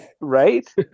right